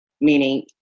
meaning